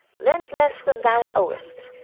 lend less than thou owest,